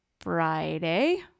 Friday